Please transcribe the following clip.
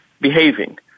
behaving